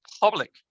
public